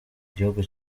gihugu